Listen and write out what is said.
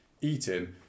eating